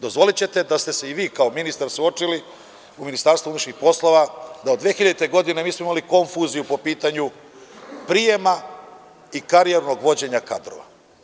Dozvolićete da ste se i vi kao ministar suočili u Ministarstvu unutrašnjih poslova da od 2000. godine, mi smo imali konfuziju po pitanju prijema i karijernog vođenja kadrova.